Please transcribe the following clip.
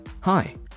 hi